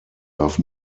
darf